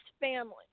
family